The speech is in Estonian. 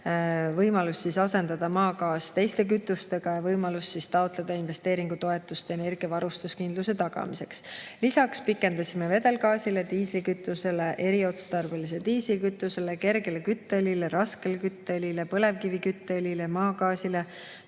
võimalus asendada maagaas teiste kütustega ja võimalus taotleda investeeringutoetust energiavarustuskindluse tagamiseks. Lisaks pikendasime vedelgaasile, diislikütusele, eriotstarbelise diislikütusele, kergele kütteõlile, raskele kütteõlile, põlevkivikütteõlile, maagaasile,